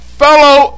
fellow